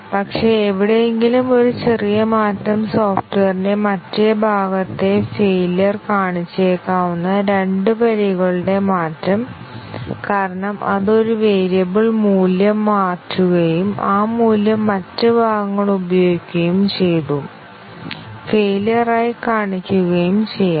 പക്ഷേ എവിടെയെങ്കിലും ഒരു ചെറിയ മാറ്റം സോഫ്റ്റ്വെയറിന്റെ മറ്റേ ഭാഗത്തെ ഫെയില്യുർ കാണിച്ചേക്കാവുന്ന രണ്ട് വരികളുടെ മാറ്റം കാരണം അത് ഒരു വേരിയബിൾ മൂല്യം മാറ്റുകയും ആ മൂല്യം മറ്റ് ഭാഗങ്ങൾ ഉപയോഗിക്കുകയും ചെയ്തു ഫെയില്യുർ ആയി കാണിക്കുകയും ചെയ്യാം